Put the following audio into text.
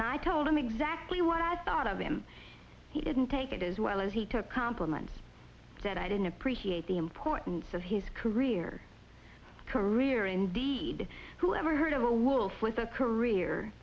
and i told him exactly what i thought of him he didn't take it is well as he took complements that i didn't appreciate the importance of his career career indeed who ever heard of a wolf with a career